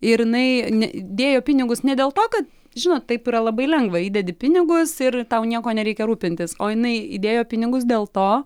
ir jinai ne dėjo pinigus ne dėl to kad žinot taip yra labai lengva įdedi pinigus ir tau nieko nereikia rūpintis o jinai įdėjo pinigus dėl to